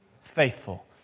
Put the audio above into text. faithful